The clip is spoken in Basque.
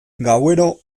gauero